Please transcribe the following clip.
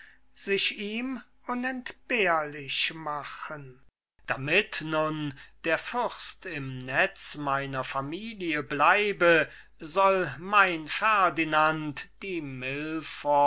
sich ihm unentbehrlich machen damit nun der fürst im netz meiner familie bleibe soll mein ferdinand die